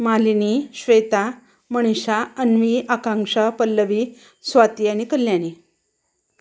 मालिनी श्वेता मनिषा अन्वी आकांक्षा पल्लवी स्वाती आणि कल्याणी